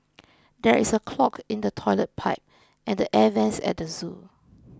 there is a clog in the Toilet Pipe and the Air Vents at the zoo